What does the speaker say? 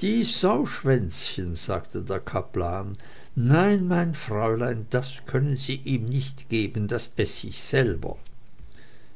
dies sauschwänzchen sagte der kaplan nein mein fräulein das können sie ihm nicht geben daß eß ich selber